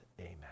Amen